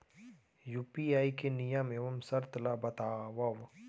UPI के नियम एवं शर्त ला बतावव